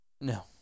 No